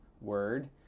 word